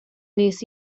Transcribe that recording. wnes